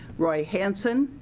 roy hanson,